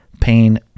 pain